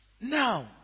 Now